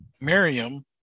Miriam